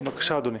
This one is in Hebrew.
בבקשה, אדוני.